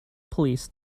police